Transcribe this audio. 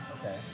okay